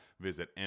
Visit